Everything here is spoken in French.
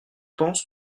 pense